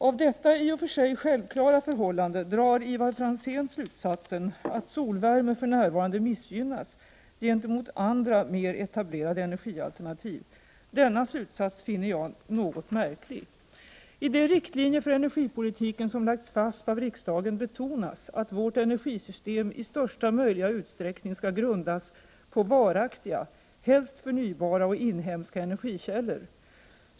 Av detta i och för sig självklara förhållande, drar Ivar Franzén slutsatsen att solvärme för närvarande missgynnas gentemot andra mer etablerde energialternativ. Denna slutsats finner jag något märklig. I de riktlinjer för energipolitiken som lagts fast av riksdagen betonas att vårt energisystem i största möjliga utsträckning skall grundas på varaktiga helst förnybara och inhemska energikällor.